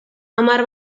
hamar